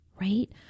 right